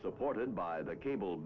supported by the cable